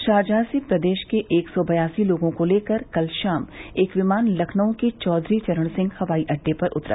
Sharjah से प्रदेश के एक सौ बयासी लोगों को लेकर कल शाम एक विमान लखनऊ के चौधरी चरण सिंह हवाई अड्डे पर उतरा